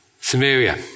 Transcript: Samaria